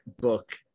book